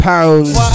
Pounds